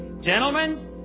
Gentlemen